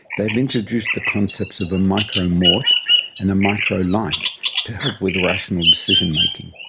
they have introduced the concepts of a micromort and a microlife to help with rational decision making.